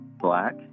black